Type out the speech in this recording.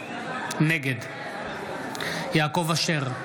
נגד יעקב אשר,